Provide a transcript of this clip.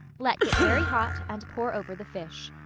let get very hot and pour over the fish.